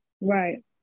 Right